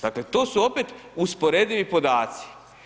Dakle to su opet usporedivi podaci.